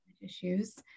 issues